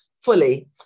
fully